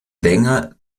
länger